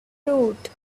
fruit